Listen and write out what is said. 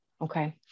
okay